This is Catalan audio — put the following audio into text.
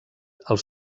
els